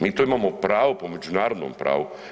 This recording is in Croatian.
Mi to imamo pravo po međunarodnom pravu.